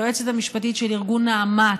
היועצת המשפטית של ארגון נעמת,